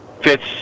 fits